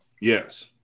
Yes